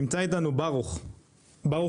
נמצא איתנו ברוך שמעון,